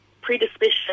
predisposition